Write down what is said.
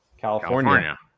California